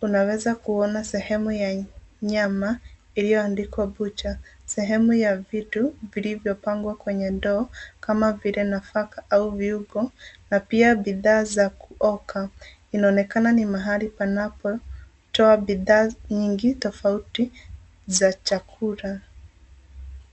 Unaweza kuona sehemu ya nyama iliyoandikwa bucha, sehemu ya vitu vilivyopangwa kwenye ndoo kama vile nafaka au viungo na pia bidhaa za kuoka. Inaonekana ni mahali panapotoa bidhaa nyingi tofauti za chakula.